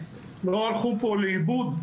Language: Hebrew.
לא הלכו פה לאיבוד?